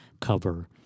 cover